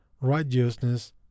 righteousness